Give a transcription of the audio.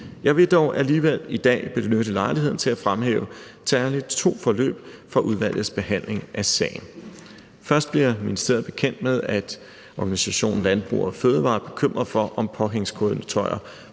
Jeg vil dog alligevel i dag benytte lejligheden til fremhæves særligt to forløb fra udvalgets behandling af sagen. Først bliver ministeriet bekendt med, at organisationen Landbrug & Fødevarer er bekymret for, om påhængskøretøjer